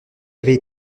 avait